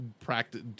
practice